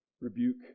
rebuke